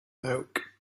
oak